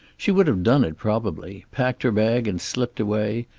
she would have done it probably, packed her bag and slipped away,